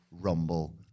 Rumble